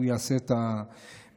שהוא יעשה את המלאכה.